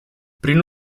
prin